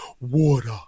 water